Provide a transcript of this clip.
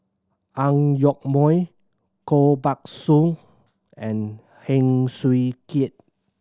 Ang Yoke Mooi Koh Buck Song and Heng Swee Keat